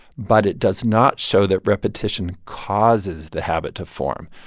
but it does not show that repetition causes the habit to form.